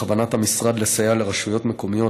בכוונת המשרד לסייע לרשויות מקומיות,